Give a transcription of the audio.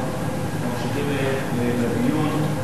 ממשיכים בדיון,